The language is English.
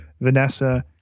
Vanessa